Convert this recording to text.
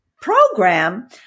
program